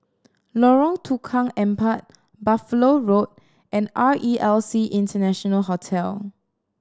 Lorong Tukang Empat Buffalo Road and R E L C International Hotel